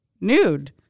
nude